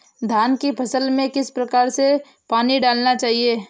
धान की फसल में किस प्रकार से पानी डालना चाहिए?